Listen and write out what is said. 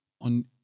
on